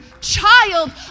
child